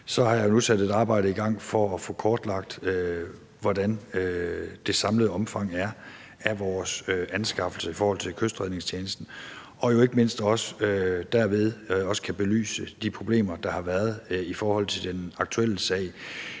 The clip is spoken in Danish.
har jeg nu sat et arbejde i gang for at få kortlagt, hvad det samlede omfang er af vores anskaffelser i forhold til Kystredningstjenesten, og jo ikke mindst for også derved at belyse de problemer, der har været i forhold til den aktuelle sag.